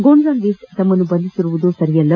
ಗೊಂಜಾಲ್ವಿಸ್ ತಮ್ಮನ್ನು ಬಂಧಿಸಿರುವುದು ಸರಿಯಲ್ಲ